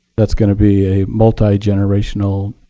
that's going to be a multigenerational,